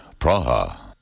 Praha